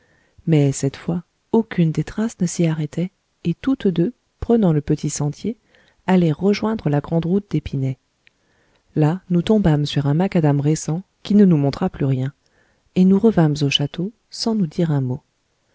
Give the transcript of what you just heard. mais cette fois aucune des traces ne s'y arrêtait et toutes deux prenant le petit sentier allaient rejoindre la grande route d'épinay là nous tombâmes sur un macadam récent qui ne nous montra plus rien et nous revînmes au château sans nous dire un mot